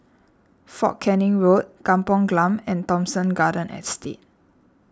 fort Canning Road Kampung Glam and Thomson Garden Estate